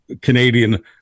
Canadian